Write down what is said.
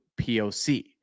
POC